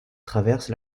traverse